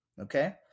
okay